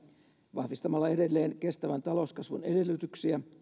vahvistamalla edelleen kestävän talouskasvun edellytyksiä